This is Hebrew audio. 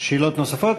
שאלות נוספות?